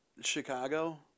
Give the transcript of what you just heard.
Chicago